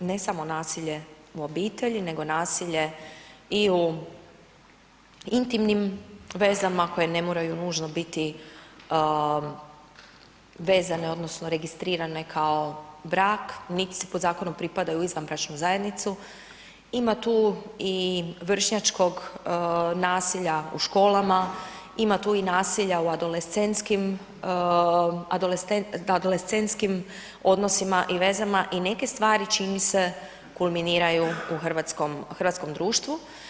Ne samo nasilje u obitelji nego nasilje i u intimnim vezama koje ne moraju nužno biti vezane odnosno registrirane kao brak niti se po zakonu pripadaju u izvanbračnu zajednicu, ima tu i vršnjačkog nasilja u školama, ima tu i nasilja u adolescentskim odnosima i vezama i neke stvari, čini mi se, kulminiraju u hrvatskom društvu.